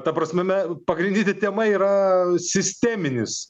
ta prasme me pagrindinė tema yra sisteminis